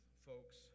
folks